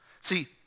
See